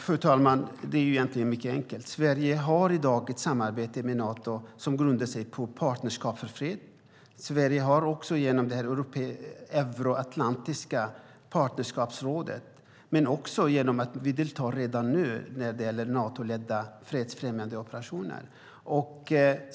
Fru talman! Det är mycket enkelt: Sverige har i dag ett samarbete med Nato som grundar sig på Partnerskap för fred. Sverige har ett samarbete genom Euroatlantiska partnerskapsrådet och deltar redan nu i Natoledda fredsfrämjande operationer.